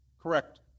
correct